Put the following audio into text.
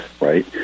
right